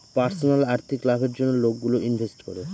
personal আর্থিক লাভের জন্য লোকগুলো ইনভেস্ট করে